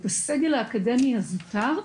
את הסגל האקדמי הזוטר,